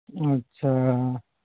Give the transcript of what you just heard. اچھا